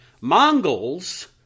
Mongols